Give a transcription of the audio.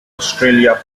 australia